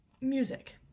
music